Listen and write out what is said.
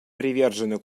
привержены